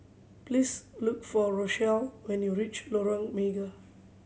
please look for Rochelle when you reach Lorong Mega